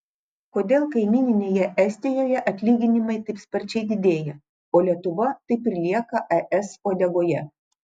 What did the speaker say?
kodėl kaimynėje estijoje atlyginimai taip sparčiai didėja o lietuva taip ir lieka es uodegoje